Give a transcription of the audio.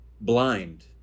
blind